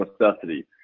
necessity